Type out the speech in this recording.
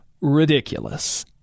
ridiculous